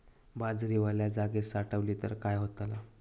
बाजरी वल्या जागेत साठवली तर काय होताला?